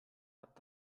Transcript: hat